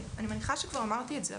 אני מניחה שכבר אמרתי את זה,